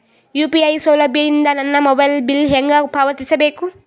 UPI ಸೌಲಭ್ಯ ಇಂದ ನನ್ನ ಮೊಬೈಲ್ ಬಿಲ್ ಹೆಂಗ್ ಪಾವತಿಸ ಬೇಕು?